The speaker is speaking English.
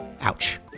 Ouch